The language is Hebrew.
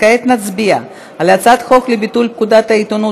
כעת נצביע על הצעת חוק לביטול פקודת העיתונות,